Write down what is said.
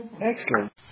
Excellent